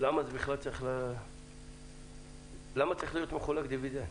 למה בכלל צריך לחלק דיבידנד?